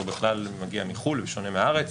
או בכלל אם מגיע מחו"ל בשונה מהארץ.